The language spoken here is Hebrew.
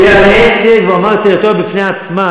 הוא דיבר על עסק והוא אמר על זה: טריטוריה בפני עצמה.